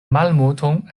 malmulton